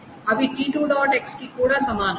X కి కూడా సమానం